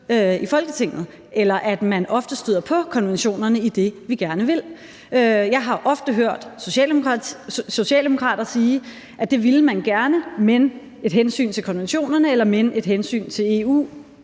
i Folketinget, eller at man ofte støder mod konventionerne i det, vi gerne vil. Jeg har ofte hørt socialdemokrater sige, at det ville man gerne, men at der har været et hensyn til konventionerne eller et hensyn til EU